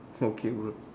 okay bro